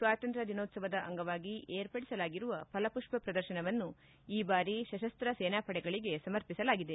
ಸ್ವಾತಂತ್ರ್ಯ ದಿನೋತ್ಸವದ ಅಂಗವಾಗಿ ಏರ್ಪಡಿಸಲಾಗಿರುವ ಫಲಮಷ್ವ ಪ್ರದರ್ಶನವನ್ನು ಈ ಬಾರಿ ಸಶಸ್ತ್ರ ಸೇನಾಪಡೆಗಳಿಗೆ ಸಮರ್ಪಿಸಲಾಗಿದೆ